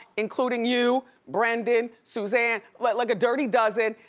including you, brendan, suzanne, like a dirty dozen.